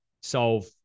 solve